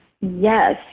Yes